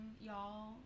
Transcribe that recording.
y'all